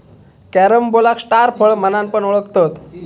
कॅरम्बोलाक स्टार फळ म्हणान पण ओळखतत